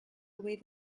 away